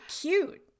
cute